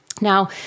Now